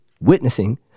witnessing